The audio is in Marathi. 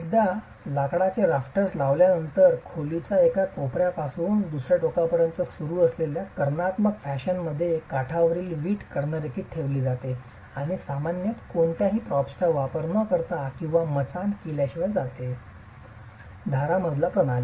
एकदा लाकूडांचे राफ्टर्स लावल्यानंतर खोलीच्या एका कोपर्या पासून दुसर्या टोकापर्यंत सुरू असलेल्या कर्णात्मक फॅशन मध्ये काठावरील वीट कर्णरेखित ठेवली जाते आणि सामान्यत कोणत्याही प्रॉप्सचा वापर न करता किंवा मचान केल्याशिवाय चालते धरा मजला प्रणाली